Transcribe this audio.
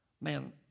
man